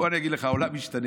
בוא אני אגיד לך: העולם משתנה.